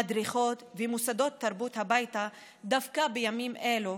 מדריכות ומוסדות תרבות הביתה דווקא בימים אלו,